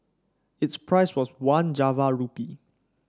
its price was one Java rupee